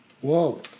Whoa